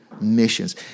Missions